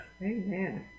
Amen